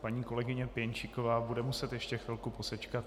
Paní kolegyně Pěnčíková bude muset ještě chvilku posečkat.